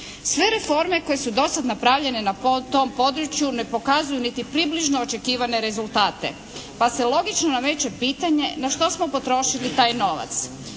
Sve reforme koje su dosad napravljene na tom području ne pokazuju niti približno očekivane rezultate, pa se logično nameće pitanje na što smo potrošili taj novac.